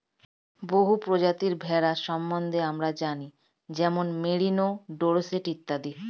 বহু প্রজাতির ভেড়া সম্বন্ধে আমরা জানি যেমন মেরিনো, ডোরসেট ইত্যাদি